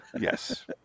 Yes